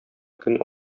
көн